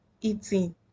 eating